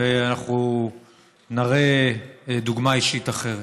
ואנחנו נראה דוגמה אישית אחרת.